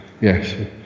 yes